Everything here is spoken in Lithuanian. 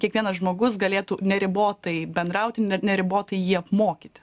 kiekvienas žmogus galėtų neribotai bendrauti ne neribotai jį apmokyti